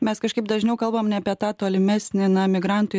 mes kažkaip dažniau kalbam ne apie tą tolimesnį na migrantų